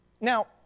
Now